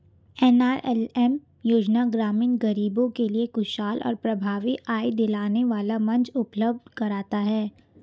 NRLM योजना ग्रामीण गरीबों के लिए कुशल और प्रभावी आय दिलाने वाला मंच उपलब्ध कराता है